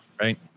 Right